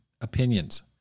opinions